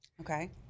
Okay